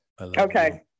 Okay